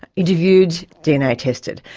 interviewed, dna tested.